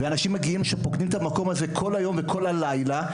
אנשים פוקדים את המקום הזה כל היום וכל הלילה,